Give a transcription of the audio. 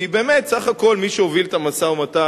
כי באמת סך הכול מי שהוביל את המשא-ומתן